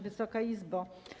Wysoka Izbo!